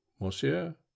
monsieur